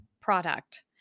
product